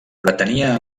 pretenia